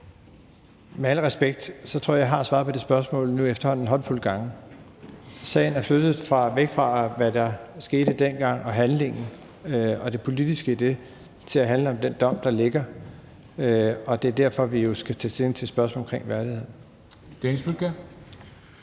Med al respekt tror jeg, jeg har svaret på det spørgsmål efterhånden en håndfuld gange nu. Sagen er flyttet væk fra, hvad der skete dengang, handlingen og det politiske i det, til at handle om den dom, der ligger, og det er derfor, vi jo skal tage stilling til spørgsmålet omkring værdighed.